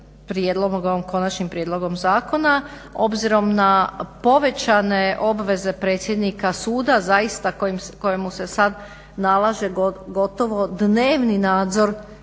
konačnim prijedlogom zakona obzirom na povećane obveze predsjednika suda zaista kojemu se sad nalaže gotovo dnevni nadzor